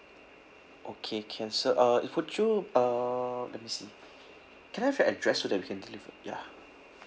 okay can sir uh would you uh let me see can I have your address so that we can deliver ya